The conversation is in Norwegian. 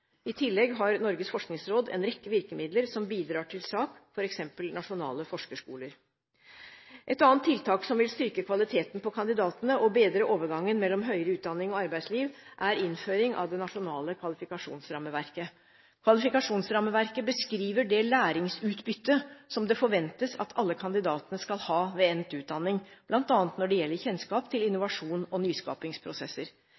I tillegg har Norges forskningsråd en rekke virkemidler som bidrar til SAK, f.eks. nasjonale forskerskoler. Et annet tiltak som vil styrke kvaliteten på kandidatene og bedre overgangen mellom høyere utdanning og arbeidsliv, er innføring av det nasjonale kvalifikasjonsrammeverket. Kvalifikasjonsrammeverket beskriver det læringsutbyttet som det forventes at alle kandidater skal ha ved endt utdanning, bl.a. når det gjelder kjennskap til